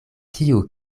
kiu